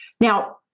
Now